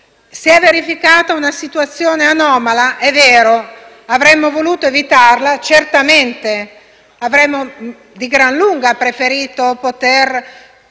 Si è verificata una situazione anomala? È vero. Avremmo voluto evitarla? Certamente. Avremmo di gran lunga preferito poter